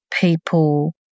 people